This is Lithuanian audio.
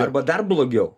arba dar blogiau